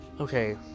Okay